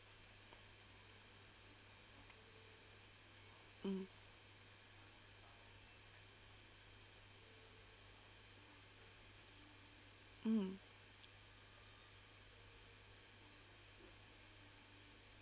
mm mm